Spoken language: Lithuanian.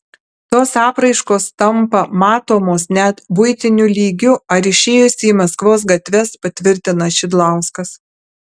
tos apraiškos tampa matomos net buitiniu lygiu ar išėjus į maskvos gatves patvirtina šidlauskas